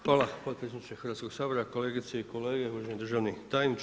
Hvala potpredsjedniče Hrvatskog sabora, kolegice i kolege, uvaženi državni tajniče.